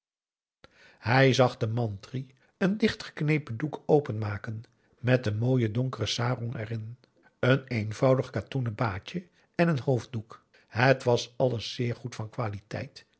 hij zag den mantri een dichtgeknepen doek openmaken met een mooie donkere sarong erin een eenvoudig katoenen baadje en een hoofddoek het was alles zeer goed van qualiteit